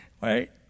right